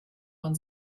man